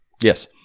Yes